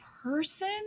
person